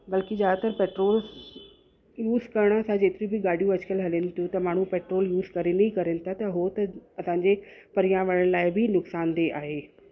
बल्कि ज़्यादातर petrol use करण सां जेतिरी बि गाॾियूं अॼुकल्ह हलेनि थियूं त माण्हू पेट्रोल यूज़ करनि ई करनि था त उहो हुते असांजे पर्यावरण लाइ बि नुकसान देय आहे